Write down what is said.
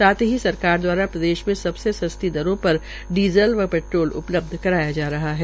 साथ ही सरकार द्वारा प्रदेश में सबसे सस्ती दरों पर डीज़ल व पेट्रोल उपलब्ध कराये जा रहे है